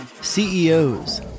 CEOs